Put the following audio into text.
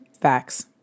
Facts